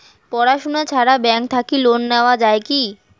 পড়াশুনা ছাড়া ব্যাংক থাকি লোন নেওয়া যায় কি?